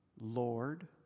Lord